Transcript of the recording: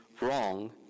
wrong